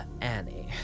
Annie